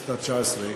בכנסת התשע-עשרה,